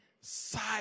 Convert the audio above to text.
side